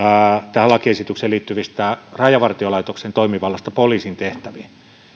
tähän lakiesitykseen liittyvästä rajavartiolaitoksen toimivallasta poliisin tehtäviin